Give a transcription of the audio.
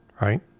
Right